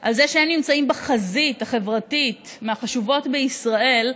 על זה שהם נמצאים בחזית החברתית מהחשובות בישראל,